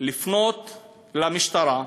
לפנות למשטרה,